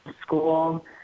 school